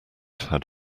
had